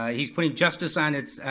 ah he's putting justice on its,